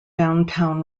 downtown